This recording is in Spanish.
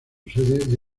sede